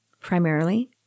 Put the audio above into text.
primarily